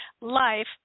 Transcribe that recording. Life